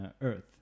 earth